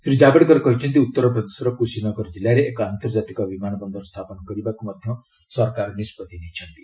ଶ୍ରୀ ଜାବଡେକର କହିଛନ୍ତି ଉତ୍ତର ପ୍ରଦେଶର କୁଶିନଗର ଜିଲ୍ଲାରେ ଏକ ଆନ୍ତର୍ଜାତିକ ବିମାନ ବନ୍ଦର ସ୍ଥାପନ କରିବାକୁ ସରକାର ନିଷ୍ପଭି ନେଇଛନ୍ତି